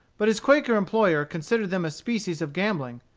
but his quaker employer considered them a species of gambling,